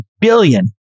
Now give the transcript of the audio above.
billion